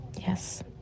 Yes